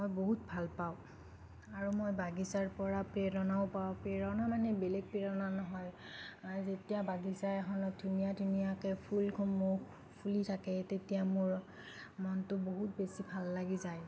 মই বহুত ভাল পাওঁ আৰু মই বাগিচাৰ পৰা প্ৰেৰণাও পাওঁ প্ৰেৰণা মানে বেলেগ প্ৰেৰণা নহয় যেতিয়া বাগিচা এখনত ধুনীয়া ধুনীয়াকৈ ফুলসমূহ ফুলি থাকে তেতিয়া মোৰ মনটো বহুত বেছি ভাল লাগি যায়